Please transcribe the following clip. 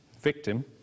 Victim